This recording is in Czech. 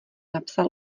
napsal